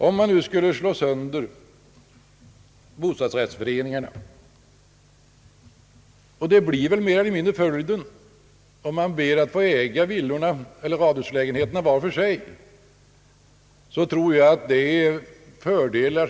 Om man nu skulle slå sönder bostadsrättsföreningarna — det blir väl mer eller mindre följden om man ber att få äga villorna eller radhuslägenheterna var för sig — så tror jag att man missar många fördelar.